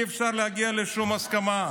עם עסקנים חרדים אי-אפשר להגיע לשום הסכמה.